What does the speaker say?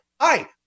Hi